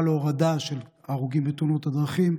להורדה של מספר ההרוגים בתאונות הדרכים.